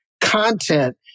content